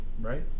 Right